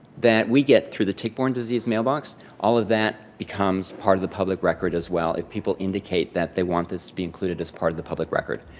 that we get through the tick-borne disease mailbox, all of that becomes part of the public record as well, if people indicate that they want this to be included as part of the public record.